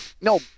No